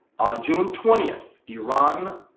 on june twentieth, iran,